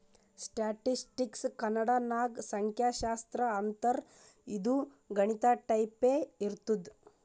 ಸ್ಟ್ಯಾಟಿಸ್ಟಿಕ್ಸ್ಗ ಕನ್ನಡ ನಾಗ್ ಸಂಖ್ಯಾಶಾಸ್ತ್ರ ಅಂತಾರ್ ಇದು ಗಣಿತ ಟೈಪೆ ಇರ್ತುದ್